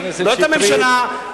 לא את הממשלה.